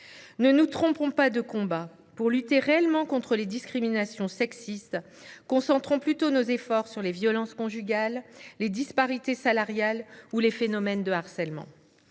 Ne nous trompons pas de combat. Pour lutter réellement contre les discriminations sexistes, concentrons plutôt nos efforts sur les violences conjugales, sur les disparités salariales ou sur les phénomènes de harcèlement.